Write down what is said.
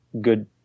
good